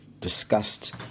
discussed